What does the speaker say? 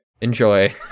Enjoy